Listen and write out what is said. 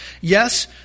Yes